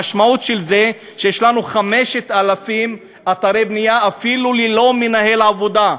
המשמעות של זה היא שיש לנו 5,000 אתרי בנייה אפילו ללא מנהל עבודה.